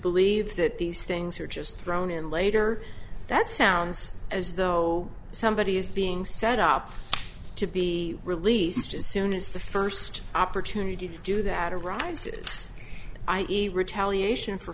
believe that these things are just thrown in later that sounds as though somebody is being set up to be released as soon as the first opportunity to do that arrives is i e retaliation for